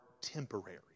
temporary